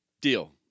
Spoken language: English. Deal